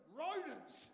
rodents